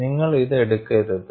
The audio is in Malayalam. നിങ്ങൾ ഇത് എടുക്കരുത്